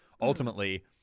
Ultimately